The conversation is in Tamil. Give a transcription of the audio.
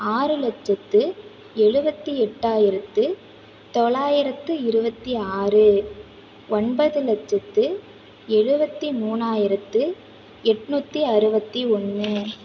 ஆறு லட்சத்து எழுபத்தி எட்டாயிரத்து தொள்ளாயிரத்து இருபத்தி ஆறு ஒன்பது லட்சத்து எழுபத்தி மூணாயிரத்து எட்நூற்றி அறுபத்தி ஒன்று